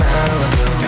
Malibu